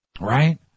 right